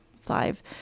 five